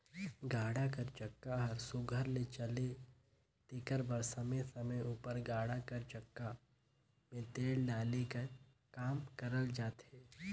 गाड़ा कर चक्का हर सुग्घर ले चले तेकर बर समे समे उपर गाड़ा कर चक्का मे तेल डाले कर काम करल जाथे